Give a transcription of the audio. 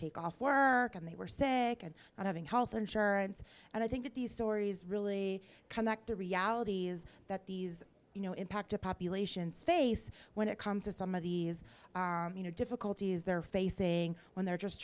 take off work and they were saying and not having health insurance and i think these stories really come the reality is that these you know impact a population space when it comes to some of these you know difficulties they're facing when they're just